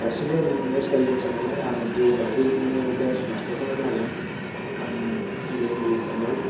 दासिमबो आं मोसायो मोसानायालाय आं इयुनावबो बिदिनो डेन्स मास्टारखौनो जागोन आंनि उन्दै उन्दै फंबाय